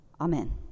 amen